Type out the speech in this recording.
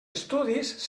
estudis